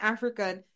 African